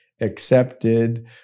accepted